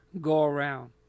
go-around